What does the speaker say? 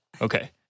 Okay